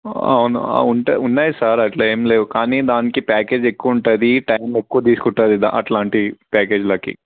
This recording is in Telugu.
అవును అవును ఉంటు ఉన్నాయి సార్ అట్లా ఏం లేవు కానీ దానికి ప్యాకేజ్ ఎక్కువ ఉంటుంది టైం ఎక్కువ తీసుకుంటుంది అట్లాంటివి ప్యాకేజ్లకి